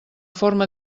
forma